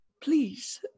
Please